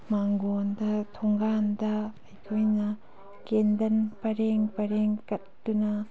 ꯃꯥꯡꯒꯣꯟꯗ ꯊꯣꯡꯒꯥꯟꯗ ꯑꯩꯈꯣꯏꯅ ꯀꯦꯟꯗꯜ ꯄꯔꯦꯡ ꯄꯔꯦꯡ ꯀꯠꯇꯨꯅ